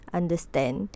understand